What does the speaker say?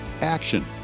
action